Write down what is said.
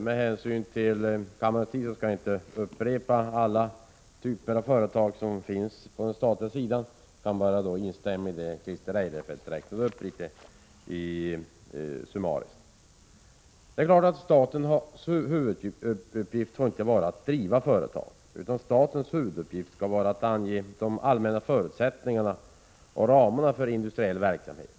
Med hänsyn till kammarens tid skall jag inte nämna alla typer av företag som finns på den statliga sidan utan vill bara instämma i det som Christer Eirefelt räknade upp litet summariskt. Statens huvuduppgift får inte vara att driva företag, utan statens huvuduppgift skall vara att ange de allmänna förutsättningarna och ramarna för industriell verksamhet.